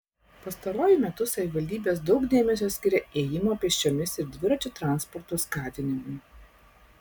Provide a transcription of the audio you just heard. pastaruoju metu savivaldybės daug dėmesio skiria ėjimo pėsčiomis ir dviračių transporto skatinimui